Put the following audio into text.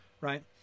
Right